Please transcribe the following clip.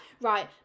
right